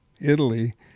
Italy